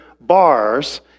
bars